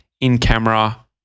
in-camera